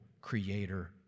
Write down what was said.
Creator